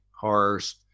horrors